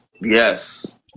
Yes